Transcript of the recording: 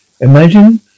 Imagine